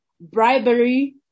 bribery